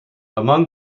among